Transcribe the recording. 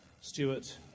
Stewart